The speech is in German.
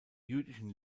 jüdischen